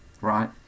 right